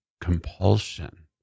compulsion